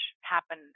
happen